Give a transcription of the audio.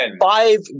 five